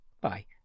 Bye